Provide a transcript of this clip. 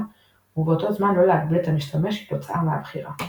ובאותו זמן לא להגביל את המשתמש כתוצאה מהבחירה.